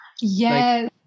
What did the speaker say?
Yes